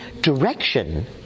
direction